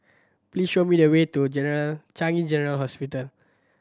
please show me the way to General Changi General Hospital